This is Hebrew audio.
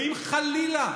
ואם חלילה,